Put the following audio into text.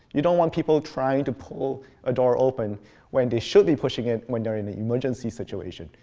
you don't want people trying to pull a door open when they should be pushing it when they're in an emergency situation.